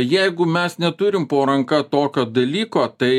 jeigu mes neturim po ranka tokio dalyko tai